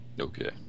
Okay